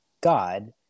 God